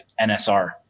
NSR